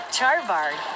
Charvard